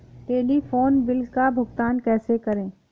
Telephone bill का भुगतान कैसे करें?